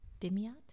Dimyat